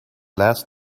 last